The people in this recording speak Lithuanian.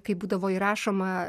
kaip būdavo įrašoma